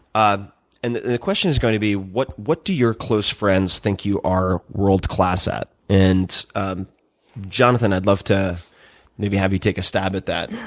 um and the question is going to be what what do your close friends think you are world-class at? and um jonathan, i'd love to have you take a stab at that,